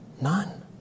none